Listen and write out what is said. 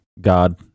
God